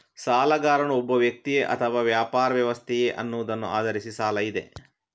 ಸಾಲಗಾರನು ಒಬ್ಬ ವ್ಯಕ್ತಿಯೇ ಅಥವಾ ವ್ಯಾಪಾರ ವ್ಯವಸ್ಥೆಯೇ ಅನ್ನುವುದನ್ನ ಆಧರಿಸಿ ಸಾಲ ಇದೆ